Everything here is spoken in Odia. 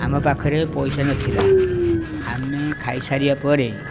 ଆମ ପାଖରେ ପଇସା ନଥିଲା ଆମେ ଖାଇ ସାରିବା ପରେ